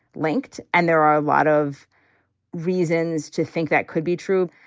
linked. and there are a lot of reasons to think that could be true.